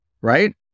right